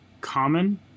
common